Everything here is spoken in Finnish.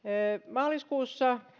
maaliskuun